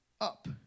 up